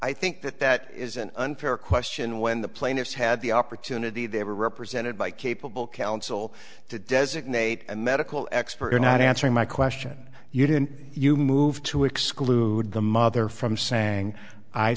i think that that is an unfair question when the plaintiffs had the opportunity they were represented by capable counsel to designate a medical expert or not answering my question you did you move to exclude the mother from saying i